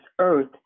earth